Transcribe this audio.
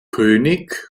könig